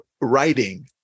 Writing